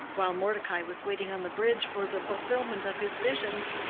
while mordecai was waiting on the bridge for the fulfillment of his visions,